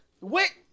Wait